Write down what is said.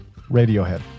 Radiohead